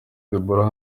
deborah